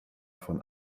von